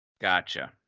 Gotcha